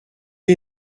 est